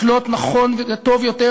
לקלוט נכון וטוב יותר